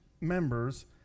members